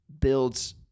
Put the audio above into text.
builds